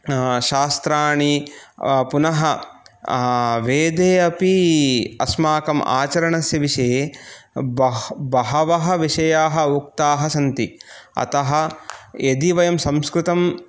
शास्त्राणि पुनः वेदे अपि अस्माकं आचरणस्य विषये बहवः विषयाः उक्ताः सन्ति अतः यदि वयं संस्कृतं